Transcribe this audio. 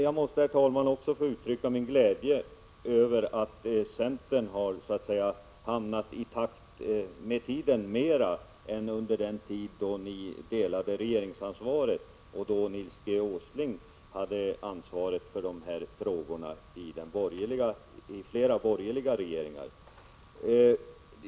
Jag måste också få uttrycka min glädje över att centern har hamnat mer i takt med tiden nu än under den tid då ni delade regeringsansvaret och då Nils G. Åsling hade ansvaret för de här frågorna i flera borgerliga regeringar.